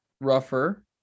rougher